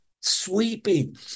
sweeping